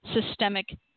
systemic